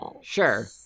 Sure